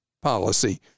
policy